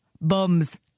bums